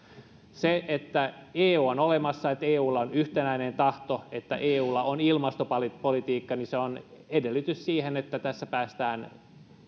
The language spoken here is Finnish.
se että eu on olemassa että eulla on yhtenäinen tahto ja että eulla on ilmastopolitiikka on edellytys siihen että tässä päästään